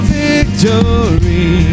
victory